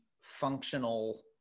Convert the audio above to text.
functional